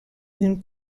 une